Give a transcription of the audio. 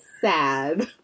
sad